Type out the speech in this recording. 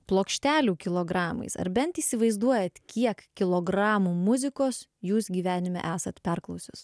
plokštelių kilogramais ar bent įsivaizduojat kiek kilogramų muzikos jūs gyvenime esat perklausius